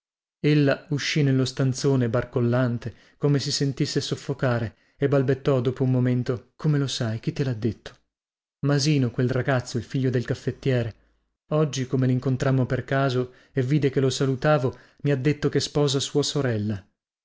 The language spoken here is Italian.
ella uscì nello stanzone barcollante come si sentisse soffocare e balbettò dopo un momento come lo sai chi te lha detto masino quel ragazzo il figlio del caffettiere oggi come lincontrammo per caso e vide che lo salutavo mi ha detto che sposa sua sorella